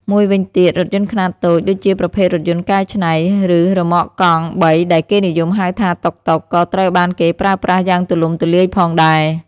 មួយវិញទៀត រថយន្តខ្នាតតូច ដូចជាប្រភេទរថយន្តកែច្នៃ ឬរ៉ឺម៉កកង់បីដែលគេនិយមហៅថា តុកតុក ក៏ត្រូវបានគេប្រើប្រាស់យ៉ាងទូលំទូលាយផងដែរ។